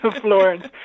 Florence